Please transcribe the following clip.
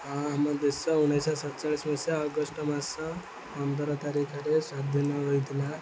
ହଁ ଆମ ଦେଶ ଉଣେଇଶିଶହ ସତଚାଳିଶି ମସିହା ଅଗଷ୍ଟ ମାସ ପନ୍ଦର ତାରିଖରେ ସ୍ୱାଧୀନ ହୋଇଥିଲା